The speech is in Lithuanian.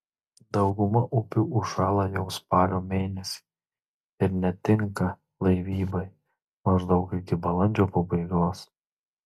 dauguma upių užšąla jau spalio mėnesį ir netinka laivybai maždaug iki balandžio pabaigos